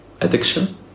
addiction